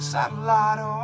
Satellite